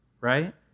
right